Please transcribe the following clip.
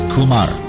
Kumar